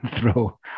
throw